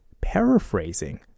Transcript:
paraphrasing